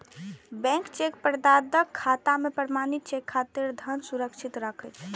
bank cheque प्रदाताक खाता मे प्रमाणित चेक खातिर धन सुरक्षित राखै छै